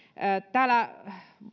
täällä